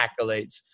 accolades